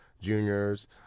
juniors